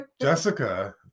Jessica